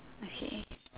okay